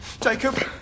Jacob